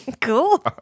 Cool